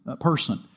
person